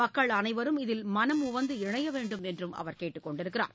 மக்கள் அனைவரும் இதில் மனமுவந்து இணைய வேண்டும் என்று அவர் கேட்டுக் கொண்டுள்ளார்